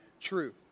true